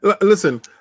Listen